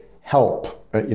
help